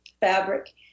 fabric